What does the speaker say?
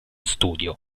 studio